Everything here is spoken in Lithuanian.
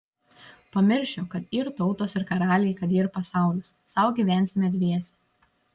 pamiršiu kad yr tautos ir karaliai kad yr pasaulis sau gyvensime dviese